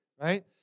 right